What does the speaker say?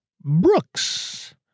Brooks